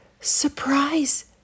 surprise